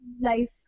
life